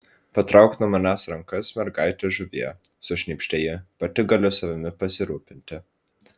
patrauk nuo manęs rankas mergaite žuvie sušnypštė ji pati galiu savimi pasirūpinti